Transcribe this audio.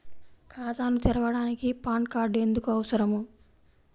ఖాతాను తెరవడానికి PAN card ఎందుకు అవసరము?